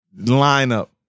lineup